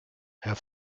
herr